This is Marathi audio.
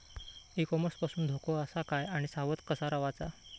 ई कॉमर्स पासून धोको आसा काय आणि सावध कसा रवाचा?